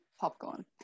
popcorn